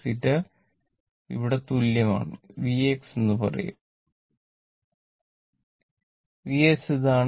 v cos θ ഇവിടെ തുല്യമാണ് v x എന്ന് പറയുക s ലെ Vs ഇതാണ്